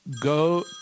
go